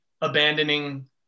abandoning